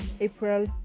april